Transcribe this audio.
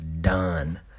done